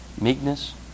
meekness